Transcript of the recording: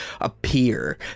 appear